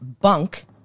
bunk